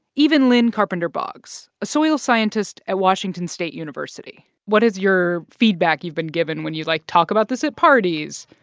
even lynne carpenter-boggs, a soil scientist at washington state university what is your feedback you've been given when you, like, talk about this at parties?